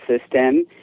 system